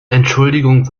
entschuldigung